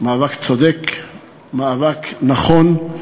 מאבק צודק, מאבק נכון,